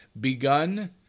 begun